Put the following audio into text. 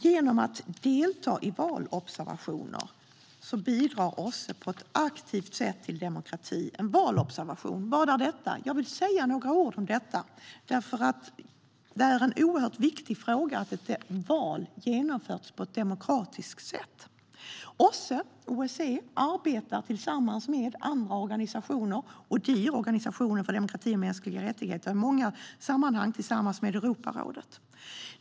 Genom att delta i valobservationer bidrar OSSE på ett aktivt sätt till demokrati. Men vad är en valobservation? Jag vill säga några ord om detta. Det är en oerhört viktig fråga att val genomförs på ett demokratiskt sätt. OSSE arbetar tillsammans med andra organisationer och i organisationer för demokrati och mänskliga rättigheter, och i många sammanhang arbetar man tillsammans med Europarådet.